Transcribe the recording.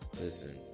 listen